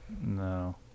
No